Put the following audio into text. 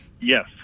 Yes